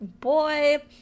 boy